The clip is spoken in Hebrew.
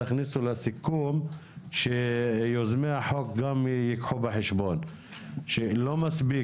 תכניסו לסיכום שיוזמי החוק גם ייקחו בחשבון שלא מספיק